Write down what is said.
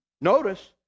Notice